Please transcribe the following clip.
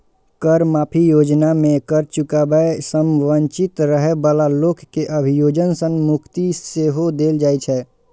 कर माफी योजना मे कर चुकाबै सं वंचित रहै बला लोक कें अभियोजन सं मुक्ति सेहो देल जाइ छै